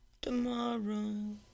Tomorrow